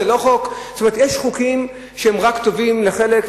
יש חוקים שהם רק טובים לחלק,